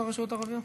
לרשויות הערביות?